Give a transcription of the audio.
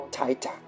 tighter